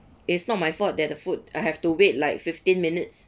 it's not my fault that the food I have to wait like fifteen minutes